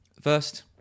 First